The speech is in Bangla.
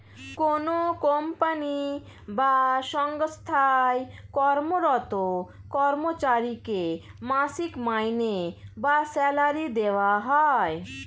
কোনো কোম্পানি বা সঙ্গস্থায় কর্মরত কর্মচারীকে মাসিক মাইনে বা স্যালারি দেওয়া হয়